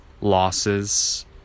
losses